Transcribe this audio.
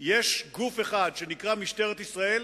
במדינת ישראל, יש גוף אחד שנקרא משטרת ישראל,